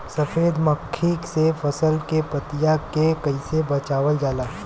सफेद मक्खी से फसल के पतिया के कइसे बचावल जाला?